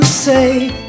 say